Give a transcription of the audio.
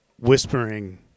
whispering